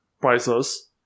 prices